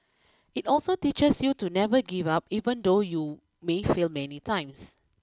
it also teaches you to never give up even though you may fail many times